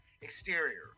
Exterior